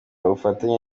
ubufatanye